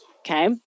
Okay